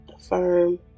affirm